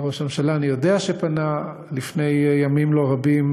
וראש הממשלה אני יודע שפנה לפני ימים לא-רבים,